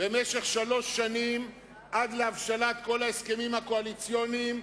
שלוש שנים עד להבשלת כל ההסכמים הקואליציוניים,